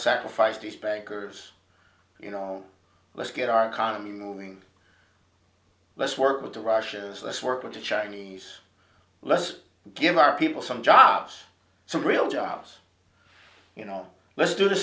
sacrifice the spankers you know let's get our economy moving let's work with the russians let's work with the chinese let's give our people some jobs some real jobs you know let's do the